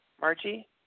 Margie